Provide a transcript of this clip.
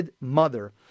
mother